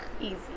Easy